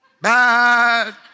bad